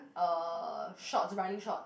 uh shorts running shorts